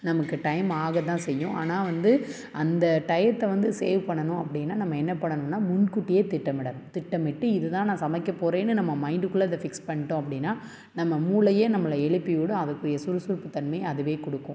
நமக்கு டைம் ஆகதான் செய்யும் ஆனால் வந்து அந்த டயத்தை வந்து சேவ் பண்ணணும் அப்படினா நம்ம என்ன பண்ணணும்னா முன்கூட்டியே திட்டமிடணும் திட்டமிட்டு இது நான் சமைக்கப்போகிறேனு நம்ம மைண்டுக்குள்ளே அதை ஃபிக்ஸ் பண்ணிட்டோம் அப்படினா நம்ம மூளையே நம்மளை எழுப்பிவிடும் அதுக்குரிய சுறுசுறுப்பு தன்மையை அதுவே கொடுக்கும்